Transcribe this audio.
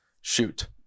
shoot